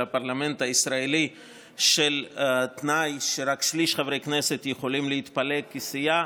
הפרלמנט הישראלי לתנאי שלפיו רק שליש חברי כנסת יכולים להתפלג כסיעה